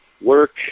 work